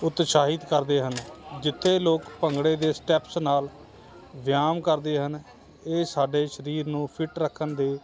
ਉਤਸਾਹਿਤ ਕਰਦੇ ਹਨ ਜਿੱਥੇ ਲੋਕ ਭੰਗੜੇ ਦੇ ਸਟੈਪਸ ਨਾਲ ਵਿਆਮ ਕਰਦੇ ਹਨ ਇਹ ਸਾਡੇ ਸਰੀਰ ਨੂੰ ਫਿਟ ਰੱਖਣ ਦੇ